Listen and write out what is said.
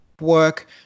work